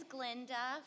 Glinda